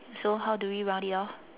so how do we round it off